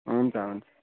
हुन्छ हुन्छ